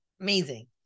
Amazing